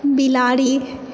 बिलाड़ि